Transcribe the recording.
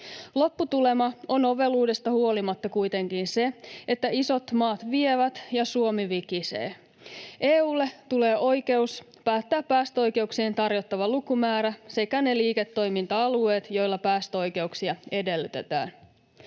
Lopputulema on oveluudesta huolimatta kuitenkin se, että isot maat vievät ja Suomi vikisee. EU:lle tulee oikeus päättää päästöoikeuksien tarjottava lukumäärä sekä ne liiketoiminta-alueet, joilla päästöoikeuksia edellytetään.